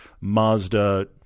Mazda